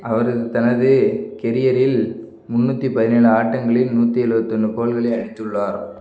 அவர் தனது கெரியரில் முந்நூற்றி பதினேலு ஆட்டங்களில் நூற்றி எழுவத்தொன்னு கோல்களை அடித்துள்ளார்